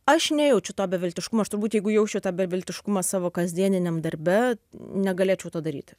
aš nejaučiu to beviltiškumo aš turbūt jeigu jausčiau tą beviltiškumą savo kasdieniniam darbe negalėčiau to daryti